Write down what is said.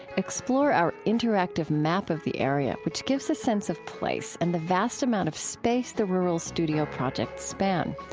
explore our interactive map of the area, which gives a sense of place and the vast amount of space the rural studio projects span.